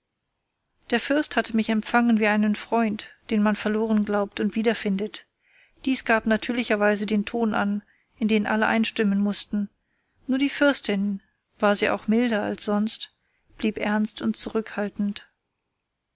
der fürst hatte mich empfangen wie einen freund den man verloren glaubt und wiederfindet dies gab natürlicherweise den ton an in den alle einstimmen mußten nur die fürstin war sie auch milder als sonst blieb ernst und zurückhaltend